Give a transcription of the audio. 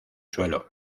suelo